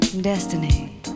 destiny